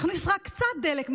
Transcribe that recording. נכניס רק קצת דלק,